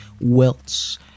welts